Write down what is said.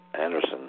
Anderson